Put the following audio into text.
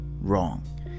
wrong